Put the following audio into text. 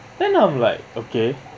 then I'm like okay